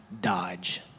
Dodge